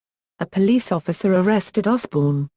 a police officer arrested osbourne,